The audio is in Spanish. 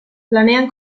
planean